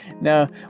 now